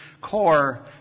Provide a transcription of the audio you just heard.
core